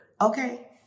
Okay